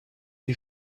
die